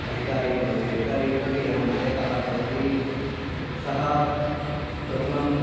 अधिकारी भवति अधिकारी इत्युक्ते यः नायकः भवति सः प्रथमम्